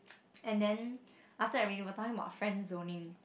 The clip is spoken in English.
and then after everything we'll tell him about friendzoning